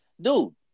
dude